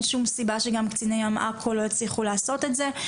אין שום סיבה שגם קציני ים עכו לא יצליחו לעשות את זה,